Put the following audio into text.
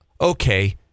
Okay